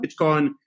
Bitcoin